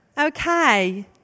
Okay